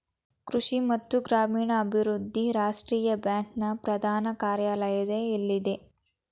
ಕೃಷಿ ಮತ್ತು ಗ್ರಾಮೀಣಾಭಿವೃದ್ಧಿ ರಾಷ್ಟ್ರೀಯ ಬ್ಯಾಂಕ್ ನ ಪ್ರಧಾನ ಕಾರ್ಯಾಲಯ ಎಲ್ಲಿದೆ?